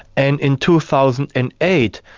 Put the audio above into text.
and in two thousand and eight,